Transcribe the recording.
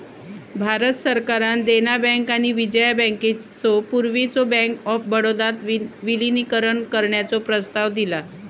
भारत सरकारान देना बँक आणि विजया बँकेचो पूर्वीच्यो बँक ऑफ बडोदात विलीनीकरण करण्याचो प्रस्ताव दिलान